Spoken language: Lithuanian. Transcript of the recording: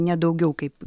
ne daugiau kaip